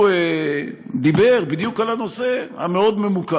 הוא דיבר בדיוק על הנושא המאוד-ממוקד